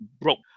broke